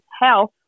health